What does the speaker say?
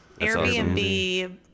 Airbnb